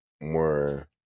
more